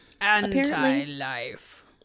Anti-life